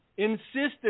insisted